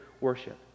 worship